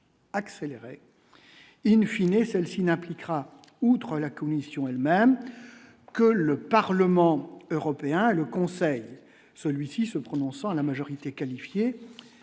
accélérer in fine et celle-ci n'appliquera, outre la Commission elle-même que le Parlement européen et le Conseil, celui-ci se prononçant à la majorité qualifiée